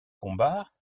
combat